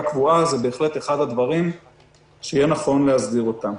קבועה זה בהחלט אחד הדברים שיהיה נכון להסדיר אותם.